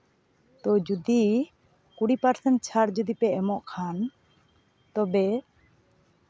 ᱛᱚ ᱡᱩᱫᱤ ᱠᱩᱲᱤ ᱯᱟᱨᱥᱮᱱ ᱪᱷᱟᱲ ᱡᱩᱫᱤ ᱯᱮ ᱮᱢᱚᱜ ᱠᱷᱟᱱ ᱛᱚᱵᱮ